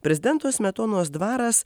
prezidento smetonos dvaras